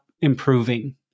improving